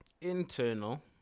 Internal